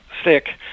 stick